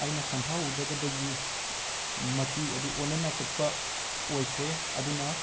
ꯑꯩꯅ ꯈꯟꯊꯍꯧꯗꯕꯗꯒꯤ ꯃꯆꯨ ꯑꯗꯨ ꯑꯣꯅꯅ ꯀꯛꯄ ꯑꯣꯏꯈ꯭ꯔꯦ ꯑꯗꯨꯅ